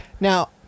now